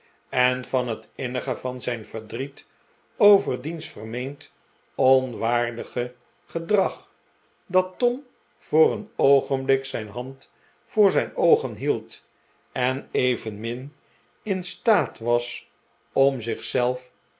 en van het innige van zijn verdriet over diens vermeend onwaardige gedrag dat tom voor een oogenblik zijn hand voor zijn oogen hield en evenmin in staat was om